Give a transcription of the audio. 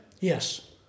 Yes